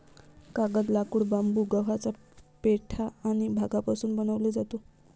कागद, लाकूड, बांबू, गव्हाचा पेंढा आणि भांगापासून बनवले जातो